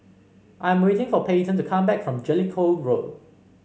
I'm waiting for Payton to come back from Jellicoe Road